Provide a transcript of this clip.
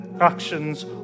actions